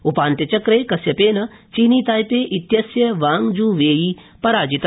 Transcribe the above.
उपान्त्यचक्रे कश्यपेन चीनी ताइपे इत्यस्य वांग जू वेई पराजित